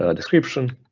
ah description